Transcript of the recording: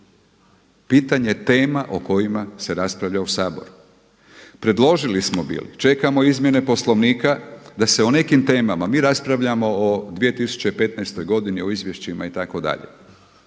pitanjem tema o kojima se raspravlja u Saboru. Predložili smo bili čekamo izmjene Poslovnika da se o nekim temama, mi raspravljamo o 2015. godini o izvješćima itd.